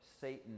Satan